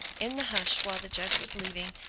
in the hush while the judge was leaving,